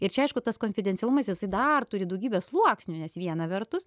ir čia aišku tas konfidencialumas jisai dar turi daugybę sluoksnių nes viena vertus